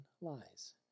lies